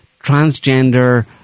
transgender